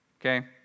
okay